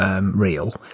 real